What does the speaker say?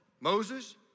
Moses